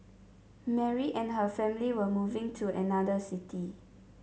Mary and her family were moving to another city